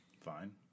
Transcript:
Fine